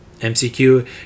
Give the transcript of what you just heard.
MCQ